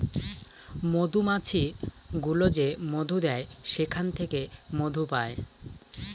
মধুমাছি গুলো যে মধু দেয় সেখান থেকে মধু পায়